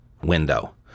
window